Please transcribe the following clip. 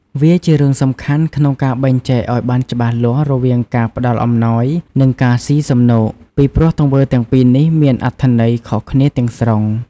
វាជារឿងសំខាន់ក្នុងការបែងចែកឱ្យបានច្បាស់លាស់រវាងការ ផ្ដល់អំណោយ និងការស៊ីសំណូក ពីព្រោះទង្វើទាំងពីរនេះមានអត្ថន័យខុសគ្នាទាំងស្រុង។